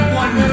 one